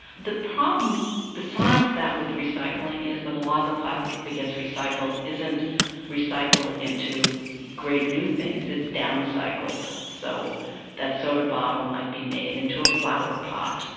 the problem besides that with recycling is that a lot of the plastic that gets recycled isn't recycled into great new things, it's down-cycled. so that soda bottle might be made into a flowerpot.